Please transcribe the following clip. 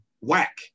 Whack